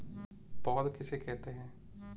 पौध किसे कहते हैं?